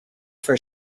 for